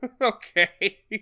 Okay